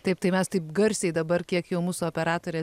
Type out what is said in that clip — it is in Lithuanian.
taip tai mes taip garsiai dabar kiek jau mūsų operatorė